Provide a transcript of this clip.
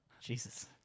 Jesus